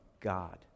God